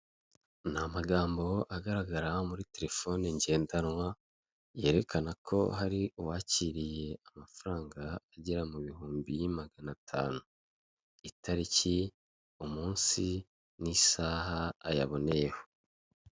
Icyapa gitoya kiri ku nyubako ndende ya etage cyandikishijeho amagambo y'umutuku n'umukara ni ahakorerwa ivunjisha ry'amafaranga abagabo bari gutambuka imbere y'inyubako hirya gato umutaka w'umuhondo w'ikigo cy'itumanaho cya emutiyeni igiti kirekire kiri imbere y'izo nyubako.